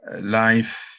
life